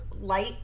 light